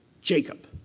Jacob